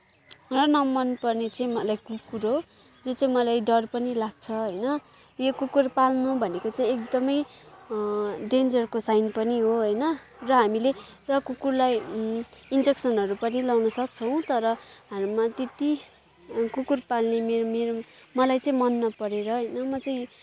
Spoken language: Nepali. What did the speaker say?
र नमनपर्ने मलाई कुकुर हो जो चाहिँ मलाई डर पनि लाग्छ होइन यो कुकुर पाल्नु भनेको चाहिँ एकदमै डेन्जरको साइन पनि हो होइन र हामीले र कुकुरलाई इन्जेक्सनहरू पनि लाउन सक्छौँ तर हाम्रोमा त्यति कुकुर पाल्ने मेरो मेरो मलाई चाहिँ मन नपरेर होइन म चाहिँ